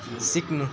सिक्नु